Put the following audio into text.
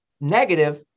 negative